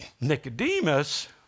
Nicodemus